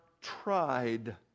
tried